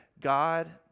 God